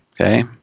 Okay